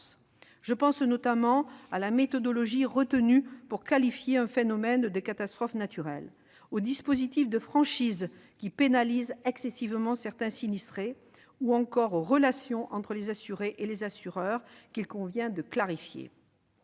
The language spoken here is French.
Je pense notamment à la méthodologie retenue pour qualifier un phénomène de catastrophe naturelle, aux dispositifs de franchise qui pénalisent excessivement certains sinistrés, ou encore aux relations entre les assurés et les assureurs, qu'il convient de clarifier.